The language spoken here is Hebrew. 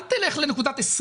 אל תלך לנקודת 20'